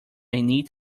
neat